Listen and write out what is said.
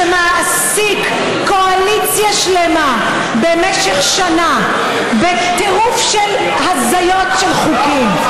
שמעסיק קואליציה שלמה במשך שנה בטירוף של הזיות של חוקים.